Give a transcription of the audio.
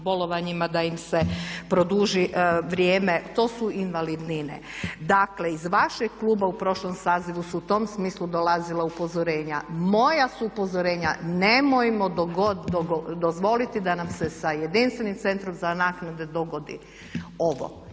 da im se produži vrijeme, to su invalidnine. Dakle, iz vašeg kluba u prošlom sazivu su u tom smislu dolazila upozorenja. Moja su upozorenja nemojmo dozvoliti da nam se sa jedinstvenim Centrom za naknade dogodi ovo.